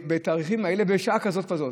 בתאריכים האלה, בשעה כזאת וכזאת.